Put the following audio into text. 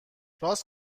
راست